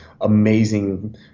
amazing